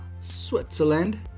Switzerland